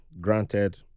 granted